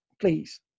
please